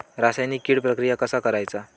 रासायनिक कीड प्रक्रिया कसा करायचा?